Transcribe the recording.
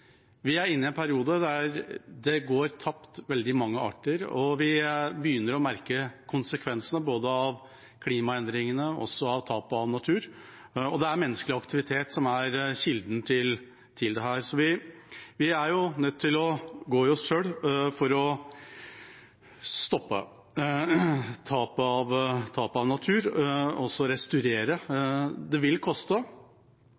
Vi er inne i en periode da veldig mange arter går tapt, og vi begynner å merke konsekvensene av både klimaendringene og tapet av natur. Det er menneskelig aktivitet som er kilden til dette, så vi er nødt til å gå i oss selv for å stoppe tapet av natur, og også restaurere.